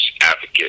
advocate